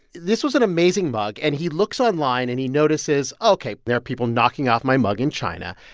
this was an amazing mug. and he looks online, and he notices, ok, there are people knocking off my mug in china.